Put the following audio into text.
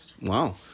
Wow